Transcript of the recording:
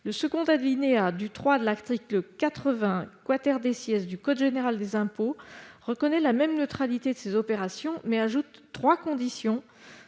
Le second alinéa du III de l'article 80 du code général des impôts reconnaît la même neutralité de ces opérations, mais ajoute trois conditions,